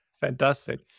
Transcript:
Fantastic